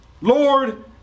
Lord